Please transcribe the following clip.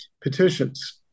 petitions